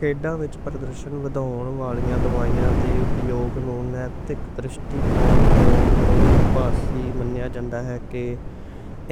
کھیڑاں وچ پردرشن وਧاؤندیاں دوائیاں دے استعمال نوں نیتک درشٹی کون توں وِرودھ پاسی منیا جاندا ہے کہ